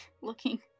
looking